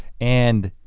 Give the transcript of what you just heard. and